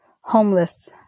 Homeless